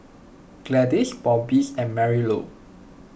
Gladyce Bobbies and Marilou